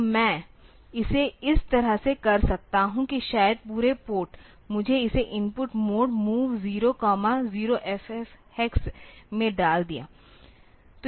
तो मैं इसे इस तरह से कर सकता हूं कि शायद पूरे पोर्ट मैंने इसे input mode MOV 00FF hex में डाल दिया